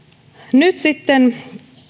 nyt sitten